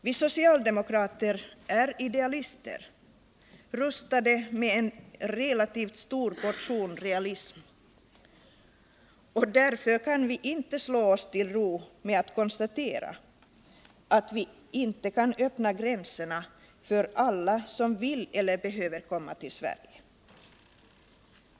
Vi socialdemokrater är idealister, rustade med en relativt stor portion realism, och därför kan vi inte slå oss till ro med ett konstaterande att vi inte kan öppna gränserna för alla som vill eller behöver komma till Sverige.